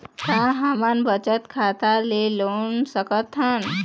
का हमन बचत खाता ले लोन सकथन?